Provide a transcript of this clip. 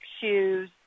shoes